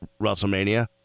WrestleMania